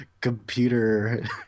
computer